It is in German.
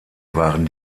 waren